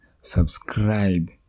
subscribe